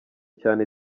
cyane